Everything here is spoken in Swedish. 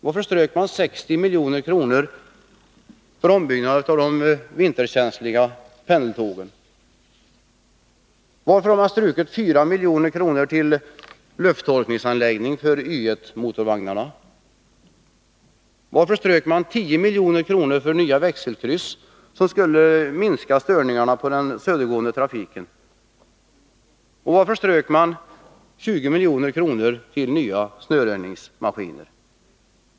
Varför strök man 60 milj.kr. för ombyggnad av vinterkänsliga pendeltåg? Varför har man strukit 4 milj.kr. till lufttorkningsanläggning för Y1-motorvagnarna? Varför strök man 10 milj.kr. för nya växelkryss, som skulle minska störningarna på den södergående trafiken, och varför strök man 20 milj.kr. till nya snöröjningsmaskiner?